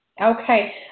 Okay